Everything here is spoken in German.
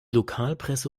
lokalpresse